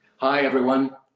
hi, everyone.